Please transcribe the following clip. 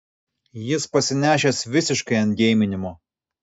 jis pasinešęs visiškai ant geiminimo